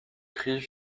cris